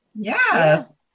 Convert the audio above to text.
yes